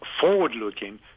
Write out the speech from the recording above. forward-looking